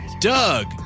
Doug